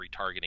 retargeting